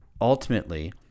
ultimately